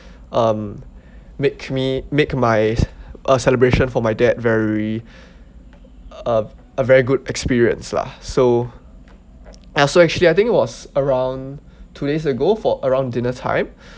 um make me make my uh celebration for my dad very uh a very good experience lah so I so actually I think it was around two days ago for around dinner time